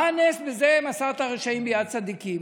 מה הנס בזה שמסרת רשעים ביד צדיקים?